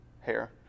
hair